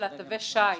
תווי שי,